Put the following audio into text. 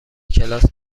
کلاس